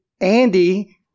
Andy